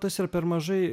tas yra per mažai